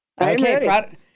Okay